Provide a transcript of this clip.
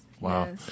Wow